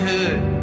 Hood